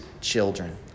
children